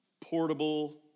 portable